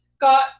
got